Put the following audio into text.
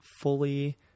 fully